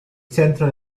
centro